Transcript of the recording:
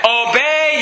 obey